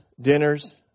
dinners